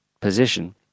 position